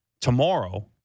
Tomorrow